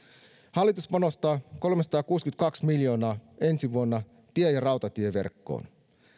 hallitus panostaa kolmesataakuusikymmentäkaksi miljoonaa ensi vuonna tie ja rautatieverkkoon